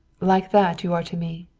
like that you are to me.